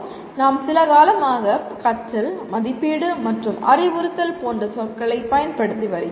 நாம் சில காலமாக கற்றல் மதிப்பீடு மற்றும் அறிவுறுத்தல் போன்ற சொற்களை பயன்படுத்தி வருகிறோம்